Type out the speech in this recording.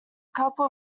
couple